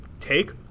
take